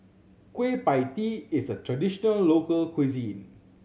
Kueh Pie Tee is a traditional local cuisine